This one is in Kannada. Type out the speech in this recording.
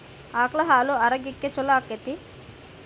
ಆಕಳ ಹಾಲು ಆರೋಗ್ಯಕ್ಕೆ ಛಲೋ ಆಕ್ಕೆತಿ?